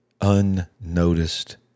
unnoticed